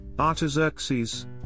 Artaxerxes